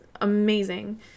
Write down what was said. amazing